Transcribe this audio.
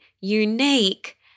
unique